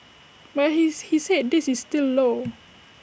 but his he said this is still low